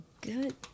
good